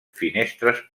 finestres